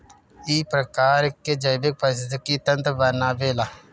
इ एक प्रकार के जैविक परिस्थितिक तंत्र बनावेला